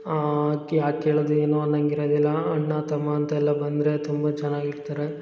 ಆಂ ಅಕ್ಕಿ ಹಾಕಿರೊದೇನು ಅನ್ನಂಗಿರದಿಲ್ಲ ಅಣ್ಣ ತಮ್ಮ ಅಂತೆಲ್ಲ ಬಂದರೆ ತುಂಬ ಚೆನ್ನಾಗಿರ್ತಾರೆ